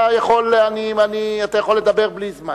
אתה יכול לדבר בלי זמן.